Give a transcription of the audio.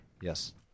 Yes